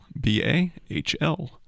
B-A-H-L